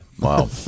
Wow